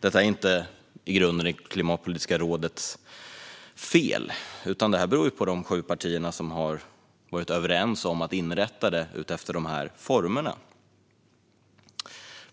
Detta är inte i grunden Klimatpolitiska rådets fel utan beror på de sju partier som varit överens om att inrätta det i dessa former.